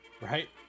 right